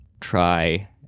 try